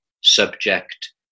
subject